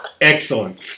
Excellent